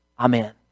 Amen